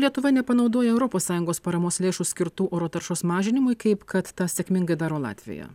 lietuva nepanaudoja europos sąjungos paramos lėšų skirtų oro taršos mažinimui kaip kad tą sėkmingai daro latvija